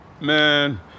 Man